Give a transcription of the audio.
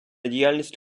діяльність